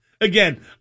Again